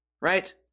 right